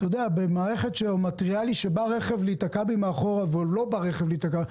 במערכת שמתריעה לי שבא רכב להיתקע בי מאחורה ולא בא רכב להיתקע,